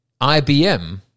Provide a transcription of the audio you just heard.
IBM